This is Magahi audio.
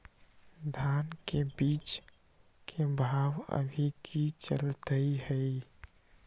धान के बीज के भाव अभी की चलतई हई?